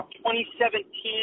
2017